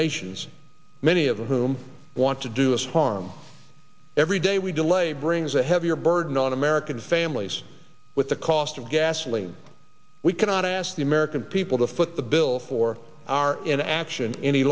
nations many of whom want to do us harm every day we delay brings a heavier burden on american families with the cost of gasoline we cannot ask the american people to foot the bill for our in action any